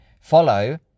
follow